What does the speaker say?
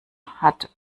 hat